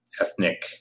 ethnic